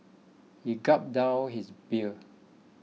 he gulped down his beer